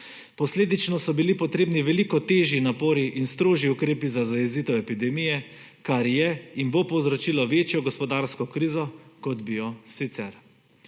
Posledično so bili potrebni veliko težji napori in strožji ukrepi za zajezitev epidemije, kar je in bo povzročilo večjo gospodarsko krizo kot bi jo sicer.